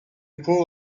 improve